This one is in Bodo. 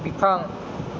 बिफां